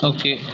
Okay